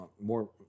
more